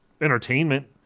entertainment